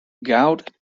gout